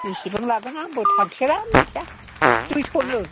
बेसेबां लागोन आंबो थांफेरा मिनथिया दुइस'नो